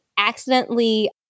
accidentally